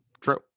True